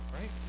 right